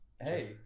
Hey